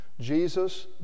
Jesus